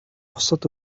бусад